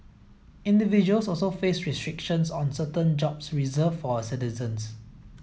individuals also face restrictions on certain jobs reserved for citizens